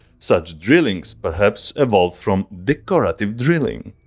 such drillings perhaps evolved from decorative drilling.